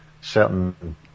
certain